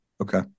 Okay